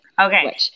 Okay